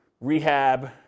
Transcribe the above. rehab